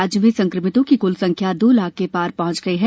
राज्य में संक्रमितों की कल संख्या दो लाख के पार पहंच गई है